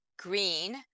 green